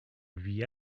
lui